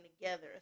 together